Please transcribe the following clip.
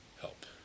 help